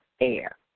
air